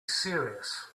serious